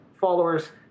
followers